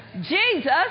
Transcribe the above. Jesus